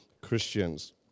Christians